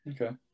Okay